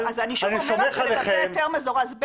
אני שוב אומרת שלגבי היתר מזורז ב',